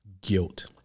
Guilt